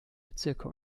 bezirke